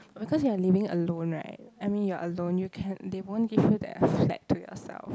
because you are living alone right I mean you are alone you can they won't give you that flat to yourself